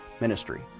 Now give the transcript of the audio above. ministry